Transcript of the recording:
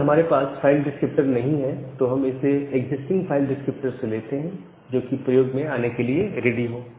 अगर हमारे पास फाइल डिस्क्रिप्टर नहीं है तो हम इसे एक्जिस्टिंग फाइल डिस्क्रिप्टर से लेते हैं जो कि प्रयोग में आने के लिए रेडी हो